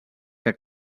que